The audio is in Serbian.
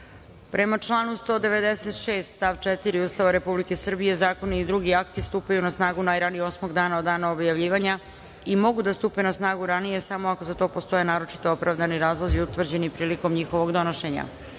članu 196. stav 4. Ustava Republike Srbije zakoni i drugi akti stupaju na snagu najranije osmog dana od dana objavljivanja i mogu da stupe na snagu ranije samo ako za to postoje naročito opravdani razlozi utvrđeni prilikom njihovog donošenja. Stavljam